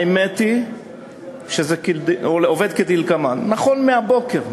האמת היא שזה עובד כדלקמן: נכון להבוקר,